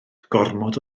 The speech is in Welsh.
gormod